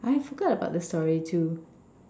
I forgot about the story too